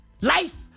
Life